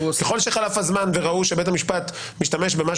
ככל שחלף הזמן וראו שבית המשפט משתמש במה